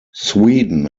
sweden